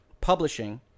publishing